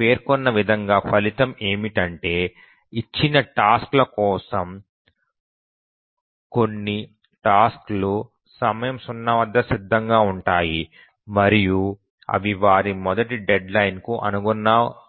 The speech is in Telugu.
పేర్కొన్న విధంగా ఫలితం ఏమిటంటే ఇచ్చిన టాస్క్ ల కోసం అన్ని టాస్క్ లు సమయం 0 వద్ద సిద్ధంగా ఉంటాయి మరియు అవి వారి మొదటి డెడ్ లైన్ కు